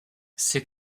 ses